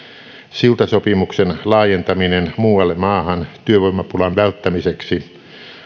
siltasopimuksen laajentaminen muualle maahan työvoimapulan välttämiseksi